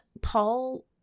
Paul